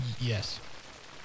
Yes